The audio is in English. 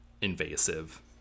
invasive